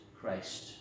Christ